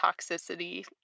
toxicity